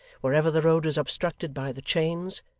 wherever the road was obstructed by the chains,